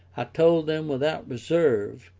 i told them without reserve,